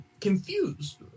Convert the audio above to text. Confused